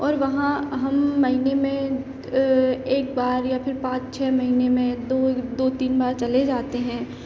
और वहाँ हम महीने में एक बार या फिर पांच छ महीने में दो दो तीन बार चले जाते हैं